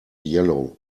yellow